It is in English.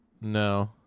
No